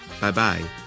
bye-bye